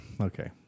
okay